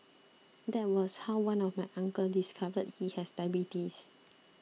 that was how one of my uncle discovered he has diabetes